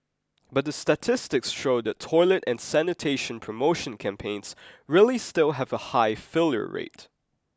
but the statistics show that toilet and sanitation promotion campaigns really still have a high failure rate